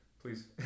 Please